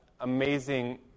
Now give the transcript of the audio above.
amazing